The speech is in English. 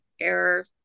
error